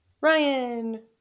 Ryan